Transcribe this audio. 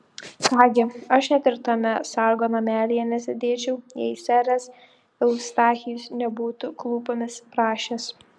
ką gi aš net ir tame sargo namelyje nesėdėčiau jei seras eustachijus nebūtų klūpomis prašęs